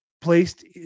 placed